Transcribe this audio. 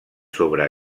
sobre